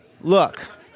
look